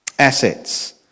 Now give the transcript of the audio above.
assets